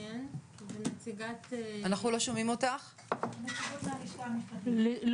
אנחנו נעגן בבסיס הקצבה,